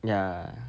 ya